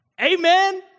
Amen